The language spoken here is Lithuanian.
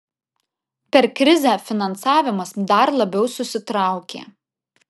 per krizę finansavimas dar labiau susitraukė